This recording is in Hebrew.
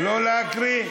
לא להקריא?